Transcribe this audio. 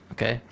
Okay